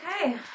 Okay